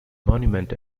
monument